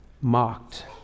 mocked